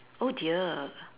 oh dear